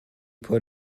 put